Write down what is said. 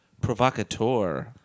provocateur